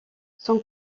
son